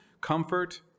comfort